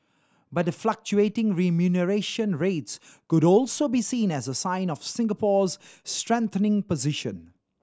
but the fluctuating remuneration rates could also be seen as a sign of Singapore's strengthening position